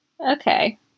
Okay